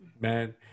man